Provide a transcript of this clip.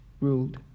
ruled